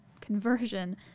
conversion